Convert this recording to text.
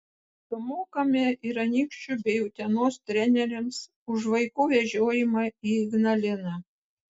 sumokame ir anykščių bei utenos treneriams už vaikų vežiojimą į ignaliną